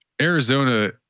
Arizona